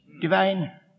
divine